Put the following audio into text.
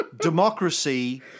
democracy